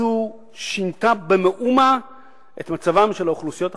שינתה במאומה את מצבן של האוכלוסיות החלשות.